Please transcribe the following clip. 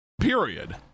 Period